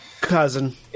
Cousin